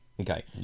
Okay